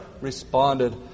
responded